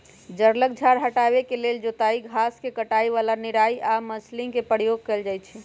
जङगल झार हटाबे के लेल जोताई, घास के कटाई, ज्वाला निराई आऽ मल्चिंग के प्रयोग कएल जाइ छइ